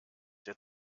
der